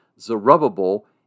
Zerubbabel